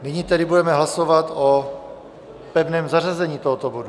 Nyní tedy budeme hlasovat o pevném zařazení tohoto bodu.